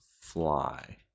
fly